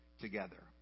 together